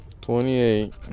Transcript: twenty-eight